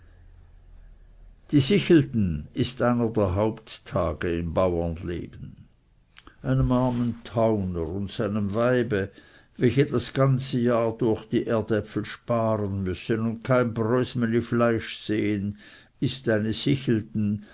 die sichelten ist einer der haupttage im baurenleben einem armen tauner und seinem weibe welche das ganze jahr durch die erdäpfel sparen müssen und kein brösmeli fleisch sehen ist eine sichelten